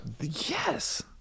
yes